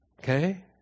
Okay